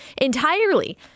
entirely